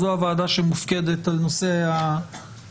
זאת הוועדה שמופקדת על נושא הפרטיות.